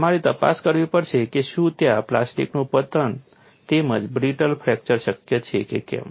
તમારે તપાસ કરવી પડશે કે શું ત્યાં પ્લાસ્ટિકનું પતન તેમજ બ્રિટલ ફ્રેક્ચર શક્ય છે કે કેમ